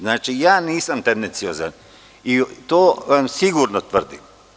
Znači, nisam tendenciozan i to vam sigurno tvrdim.